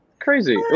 Crazy